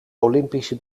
olympische